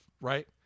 right